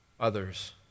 others